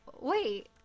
wait